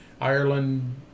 Ireland